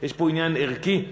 יש פה עניין ערכי.